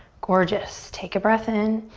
gorgeous, take a breath in.